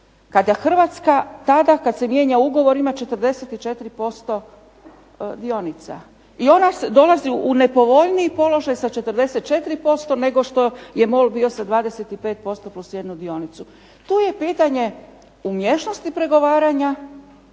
kada Hrvatska tada kad se mijenja ugovor ima 44% dionica, i ona dolazi u nepovoljniji položaj sa 44% nego što je MOL bio sa 25% plus jednu dionicu. Tu je pitanje umješnosti pregovaranja,